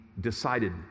decided